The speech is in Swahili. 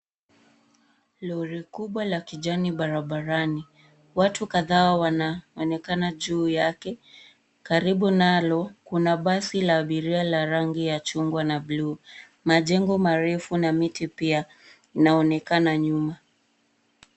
Lori kubwa la kijani barabarani. Watu kadhaa wanaonekana juu yake. Karibu nalo kuna basi la abiria la rangi ya chungwa na bluu. Majengo marefu na miti pia inaonekana nyuma.